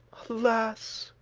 alas!